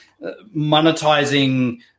monetizing